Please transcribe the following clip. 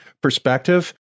perspective